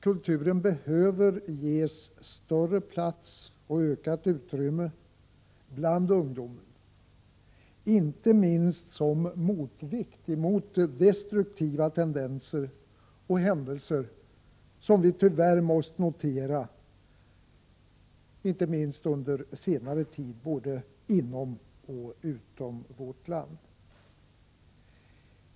Kulturen behöver ges ett ökat utrymme bland ungdomen, bl.a. som motvikt mot de destruktiva tendenser och händelser som vi tyvärr måst notera inte minst under senare tid, både inom och utom vårt land.